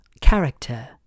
character